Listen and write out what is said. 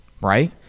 Right